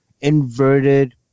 inverted